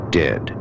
dead